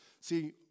See